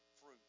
fruit